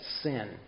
sin